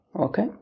Okay